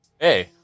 Hey